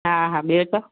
हा हा ॿियो त